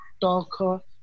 talk